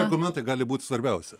argumentai gali būt svarbiausia